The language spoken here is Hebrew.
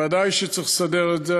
ודאי שצריך לסדר את זה,